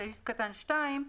פסקה (2)